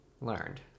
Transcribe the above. learned